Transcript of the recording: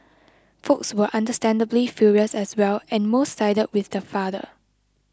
Folks were understandably furious as well and most sided with the father